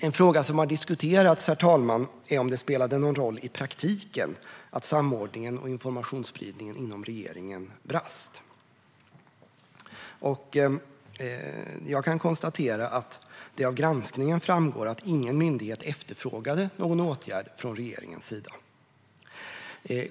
En fråga som har diskuterats, herr talman, är om det spelade någon roll i praktiken att samordningen och informationsspridningen inom regeringen brast. Jag kan konstatera att det av granskningen framgår att ingen myndighet efterfrågade någon åtgärd från regeringens sida.